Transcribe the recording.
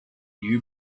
you